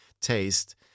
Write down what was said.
taste